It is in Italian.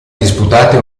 disputate